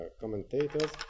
commentators